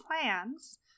plans